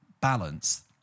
balance